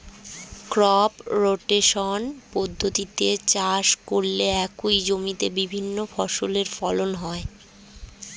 crop rotation পদ্ধতিতে চাষ করলে একই জমিতে বিভিন্ন ফসলের ফলন হয়